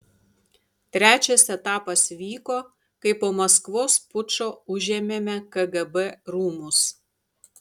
trečias etapas vyko kai po maskvos pučo užėmėme kgb rūmus